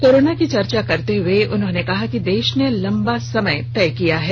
corona की चर्चा करते हए उन्होंने कहा कि देश ने लंबा समय तय किया है